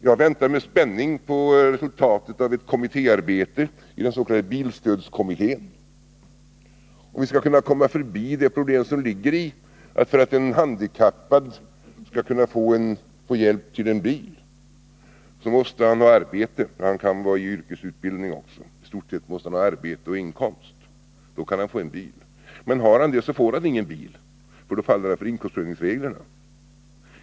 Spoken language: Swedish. Jag väntar med spänning på resultatet av arbetet idens.k. bilstödskommittén. Vi måste kunna komma förbi det problem som ligger i att för att en handikappad skall kunna få hjälp till en bil, så måste han ha arbete — han kan också vara i yrkesutbildning, meni stort sätt gäller att han skall ha arbete och inkomst för att kunna få en bil. Men har han det, så får han ialla fall ingen bil, för då faller han för inkomstprövningsreglerna.